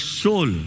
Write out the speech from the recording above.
soul